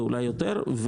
ואולי יותר,